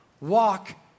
Walk